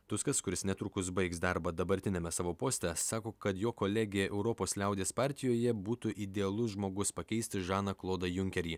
tuskas kuris netrukus baigs darbą dabartiniame savo poste sako kad jo kolegė europos liaudies partijoje būtų idealus žmogus pakeisti žaną klodą junkerį